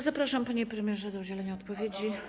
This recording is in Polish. Zapraszam, panie premierze, do udzielenia odpowiedzi.